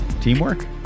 Teamwork